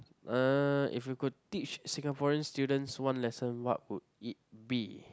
uh if you could teach Singaporean students one lesson what would it be